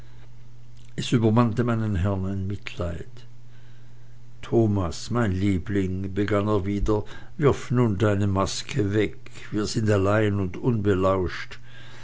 es übermannte meinen herrn ein mitleid thomas mein liebling begann er wieder wirf nun deine maske weg wir sind allein und